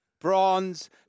bronze